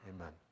Amen